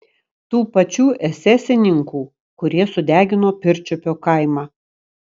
tų pačių esesininkų kurie sudegino pirčiupio kaimą